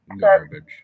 Garbage